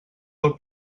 del